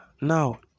now